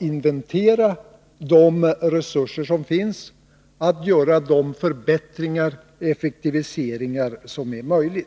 inventering av de resurser som finns, och att man gör de förbättringar och effektiviseringar som är möjliga.